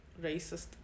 racist